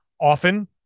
often